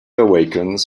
awakens